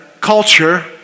culture